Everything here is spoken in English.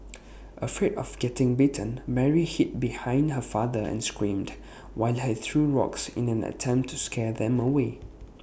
afraid of getting bitten Mary hid behind her father and screamed while he threw rocks in an attempt to scare them away